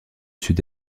sud